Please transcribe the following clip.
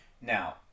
Now